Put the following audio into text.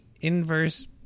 inverse